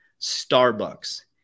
Starbucks